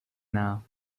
now